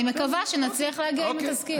אני מקווה שנצליח להגיע לתזכיר.